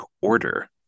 order